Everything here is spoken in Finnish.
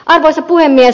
arvoisa puhemies